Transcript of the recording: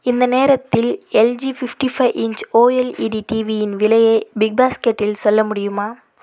இந்த நேரத்தில் LG fifty five inch OLED டிவியின் விலையை பிக்பாஸ்கெட்டில் சொல்ல முடியுமா